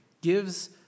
gives